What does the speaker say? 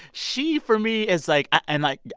she for me is like and, like,